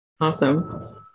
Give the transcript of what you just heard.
Awesome